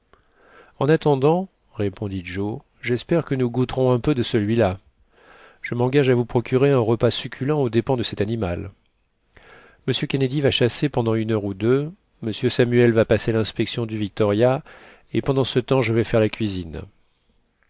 en attendant répondit joe j'espère que nous goûterons un peu de celui-là je m'engage à vous procurer un repas succulent aux dépens de cet animal m kennedy va chasser pendant une heure ou deux m samuel va passer l'inspection du victoria et pendant ce temps je vais faire la cuisine